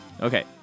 Okay